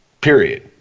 Period